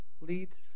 leads